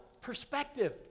perspective